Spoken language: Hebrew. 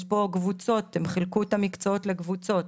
הם חילקו את המקצועות לקבוצות,